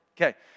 Okay